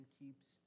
keeps